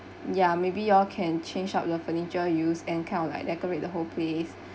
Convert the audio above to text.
ya maybe you all can change out your furniture used and kind of like decorate the whole place